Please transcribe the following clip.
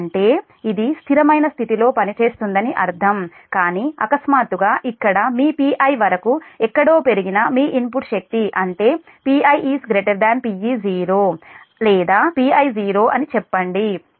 అంటే ఇది స్థిరమైన స్థితిలో పనిచేస్తుందని అర్థం కానీ అకస్మాత్తుగా ఇక్కడ మీ Pi వరకు ఎక్కడో పెరిగిన మీ ఇన్పుట్ శక్తి అంటే Pi Pe0 లేదా Pi0అని చెప్పండి నేను Pi Pe0